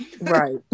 Right